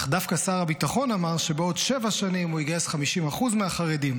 אך דווקא שר הביטחון אמר שבעוד שבע שנים הוא יגייס 50% מהחרדים.